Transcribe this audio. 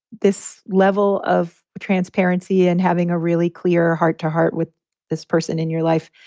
this level of transparency and having a really clear heart to heart with this person in your life.